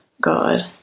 God